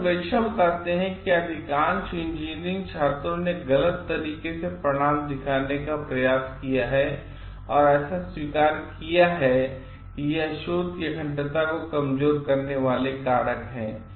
कईसर्वेक्षणबताते हैं कि अधिकांश इंजीनियरिंग छात्रों ने गलत तरीके से परिणाम दिखाने का प्रयास किया है और ऐसा स्वीकार किया है है यह शोध की अखंडता को कमजोर करने वाले कारक हैं